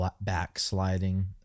backsliding